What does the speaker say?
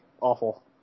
awful